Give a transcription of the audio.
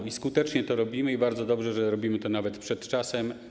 I skutecznie to robimy, bardzo dobrze, że robimy to nawet przed czasem.